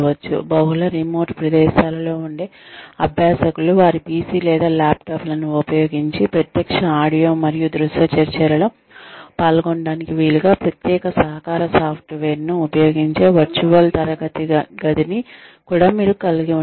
బహుళ రిమోట్ ప్రదేశాలలో ఉండే అభ్యాసకులు వారి PC లేదా ల్యాప్టాప్లను ఉపయోగించి ప్రత్యక్ష ఆడియో మరియు దృశ్య చర్చలలో పాల్గొనడానికి వీలుగా ప్రత్యేక సహకార సాఫ్ట్వేర్ను ఉపయోగించే వర్చువల్ తరగతి గదిని కూడా మీరు కలిగి ఉండవచ్చు